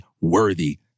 worthy